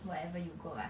wherever you go ah